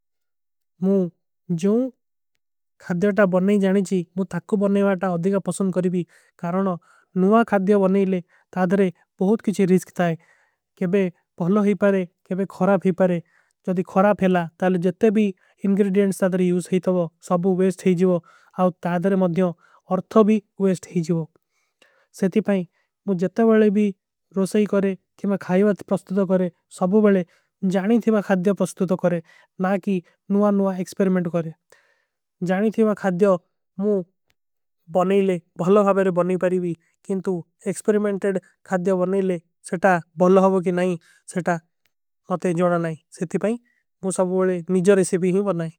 ମୁ ଜୋ ଖାଦ୍ଯା ଟା ବନନେ ଜାନେଚୀ ମୁ ତକ୍କୁ ବନନେଵା ଟା ଅଧିକା ପସଂଦ କରେଭୀ। କାରଣ ନୁଵା ଖାଦ୍ଯା ବନନେଲେ ତାଦରେ ବହୁତ କିଛୀ ରିସ୍କ ଥାଈ କେବେ ବହଲୋ ହୀ। ପାରେ କେବେ ଖରାପ ହୀ ପାରେ ଜଦୀ ଖରାପ ହେଲା ତାଲେ ଜତେ ଭୀ ଇଂଗ୍ରେଡିଯେଂଟ୍ସ ଥାଦରେ। ଯୂସ ହୀ ଥଵୋ ସଭୁ ଵେସ୍ଟ ହୀ ଜଵୋ ଆଓ ତାଦରେ ମଦ୍ଯୋଂ ଅର୍ଥୋ ଭୀ ଵେସ୍ଟ ହୀ ଜଵୋ। ସେତି ଭାଈ ମୁ ଜତେ ବଲେ ଭୀ ରୋଷାଈ କରେ ଥିମା ଖାଈଵାତ ପ୍ରସ୍ତୁତ କରେ ସଭୁ। ବଲେ ଜାନୀ ଥୀ ମା ଖାଈଵାତ ପ୍ରସ୍ତୁତ କରେ ନା କି ନୁଵା ନୁଵା ଏକ୍ସ୍ପେରିମେଂଟ କରେ। ଜାନୀ ଥୀ ମା ଖାଈଵାତ ମୁ ବନେ ଲେ ବହଲା ହୋଗା ରୋ ବନେ ପାରେବୀ କିନ୍ଟୁ। ଏକ୍ସ୍ପେରିମେଂଟେଡ ଖାଈଵାତ ବନେ ଲେ ସେତା ବହଲା ହୋଗା କୀ ନହୀଂ ସେତା। ଅତେ ଜୋଡା ନହୀଂ ସେତା ଭାଈ ଵୋ ସବ ଵୋ ଏକ ନିଜା ରେସେପୀ ହୁଈ ବନା ହୈ।